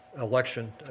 election